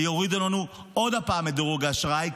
ויורידו לנו עוד פעם את דירוג האשראי,